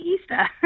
Easter